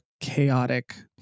chaotic